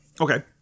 Okay